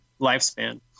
lifespan